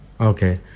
okay